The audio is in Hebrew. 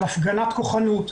על הפגנת כוחנות,